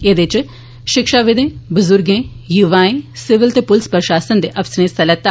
एह्दे च शिक्षाविदे बजुर्गें युवाएं सीविल ते पुलस प्रशासन दे अफसरें हिस्सा लैता